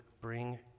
bring